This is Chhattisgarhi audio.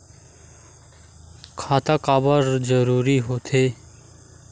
खाता काबर जरूरी हो थे?